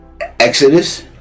exodus